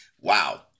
Wow